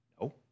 No